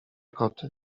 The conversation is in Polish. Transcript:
koty